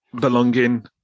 belonging